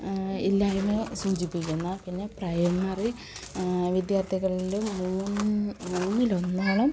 ഇല്ലായ്മയെ സൂചിപ്പിക്കുന്നു പിന്നെ പ്രൈമറി വിദ്യാർത്ഥികളിലും മൂന്ന് മൂന്നിലൊന്നോളം